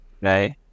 right